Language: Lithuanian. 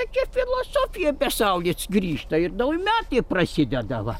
tokia filosofija be saulės grįžta ir nauji metai prasideda va